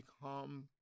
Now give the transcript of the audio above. become